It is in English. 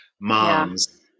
moms